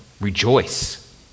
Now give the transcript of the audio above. rejoice